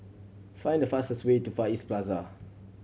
find the fastest way to Far East Plaza